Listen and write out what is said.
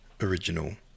original